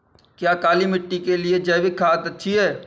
क्या काली मिट्टी के लिए जैविक खाद अच्छी है?